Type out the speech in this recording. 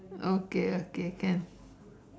okay okay can